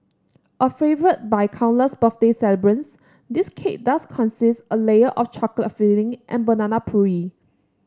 a favourite by countless birthday celebrants this cake does consist a layer of chocolate filling and banana puree